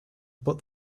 but